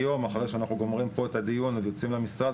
היום אחרי שאנחנו גומרים פה את הדיון אז יוצאים למשרד,